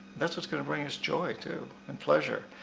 that's what's gonna bring us joy too, and pleasure.